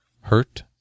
Hurt